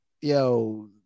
yo